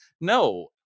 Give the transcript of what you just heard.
No